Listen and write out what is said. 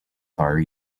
far